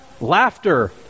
laughter